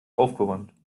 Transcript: aufgeräumt